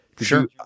Sure